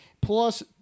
Plus